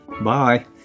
Bye